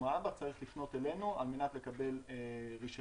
האב"כ צריך לפנות אלינו כדי לקבל רישיון.